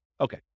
Okay